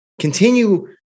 Continue